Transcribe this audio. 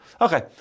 okay